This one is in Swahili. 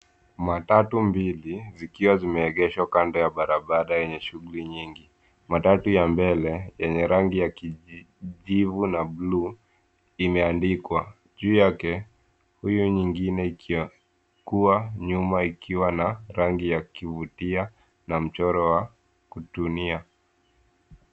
Matatu mbili zikiwa zimeegeshwa kando ya barabara yenye shughuli nyingi. Matatu ya mbele yenye rangi ya kijivu na buluu imeandikwa juu yake. Hiyo nyingine ikiwa kuwa nyuma ikiwa na rangi ya kuvutia na mchoro wa kutunia.